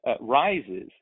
rises